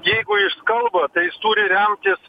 jeigu jis kalba tai jis turi remtis